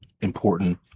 important